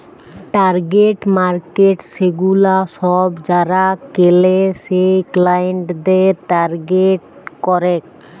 target markets সেগুলা সব যারা কেলে সেই ক্লায়েন্টদের টার্গেট করেক